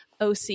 OC